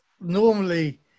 normally